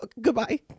goodbye